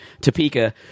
Topeka